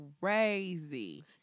crazy